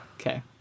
Okay